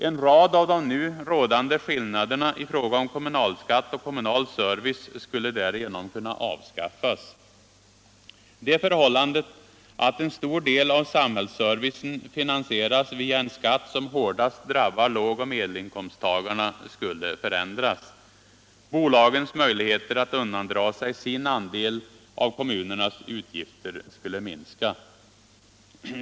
En rad av de nu rådande skillnaderna i. fråga om kommunalskatt och kommunal service skulle därigenom kunna avskaffas. Det förhållander att en stor del av samhällsservicen finansicras via en skatt som hårdast drabbat lågoch medelinkomsttagarna skulle förändras. Bolagens möjligheter att undandra sig sin andel av kommunernas utgifter skulle minskas.